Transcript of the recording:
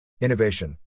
Innovation